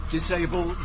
Disable